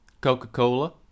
Coca-Cola